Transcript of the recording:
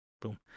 Boom